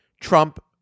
Trump